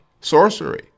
sorcery